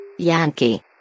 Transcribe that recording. Yankee